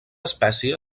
espècie